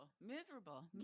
Miserable